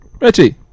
Richie